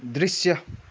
दृश्य